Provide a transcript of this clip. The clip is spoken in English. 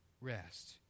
rest